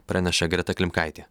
praneša greta klimkaitė